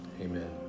amen